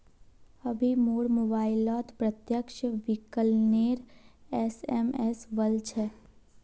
अभी मोर मोबाइलत प्रत्यक्ष विकलनेर एस.एम.एस वल छ